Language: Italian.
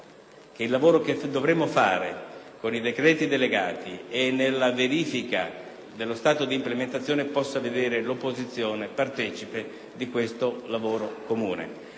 che il lavoro comune che dovremo fare con i decreti delegati e nella verifica dello stato di implementazione possa vedere l'opposizione partecipe. Ancora grazie